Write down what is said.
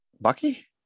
Bucky